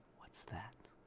what's that?